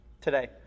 Today